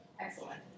Excellent